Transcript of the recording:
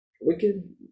wicked